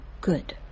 good